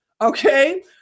Okay